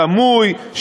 סמוי,